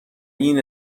این